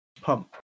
pump